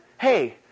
Hey